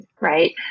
right